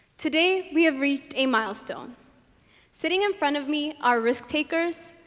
today we have reached a milestone sitting in front of me are risk-takers